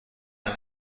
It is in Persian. بهت